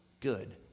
good